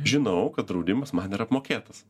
žinau kad draudimas man yra apmokėtas